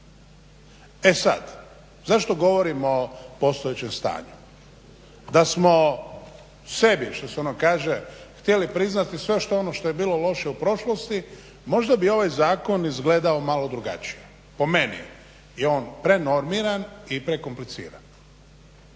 E sad, zašto govorimo o postojećem stanju. Da smo sebi što se ono kaže htjeli priznati sve ono što je bilo loše u prošlosti možda bi ovaj zakon izgledao malo drugačije. Po meni je on prenormiran i prekompliciran.